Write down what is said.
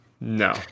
No